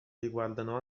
riguardano